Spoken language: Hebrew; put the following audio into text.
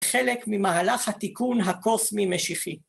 חלק ממהלך התיקון הקוסמי-משיחי.